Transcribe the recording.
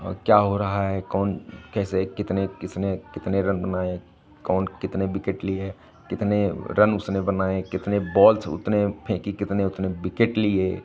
और क्या हो रहा है कौन कैसे कितने किसने कितने रन बनाए कौन कितने विकेट लिए हैं कितने रन उसने बनाए हैं कितने बॉल्स उतने फेंकी कितने उतने विकेट लिए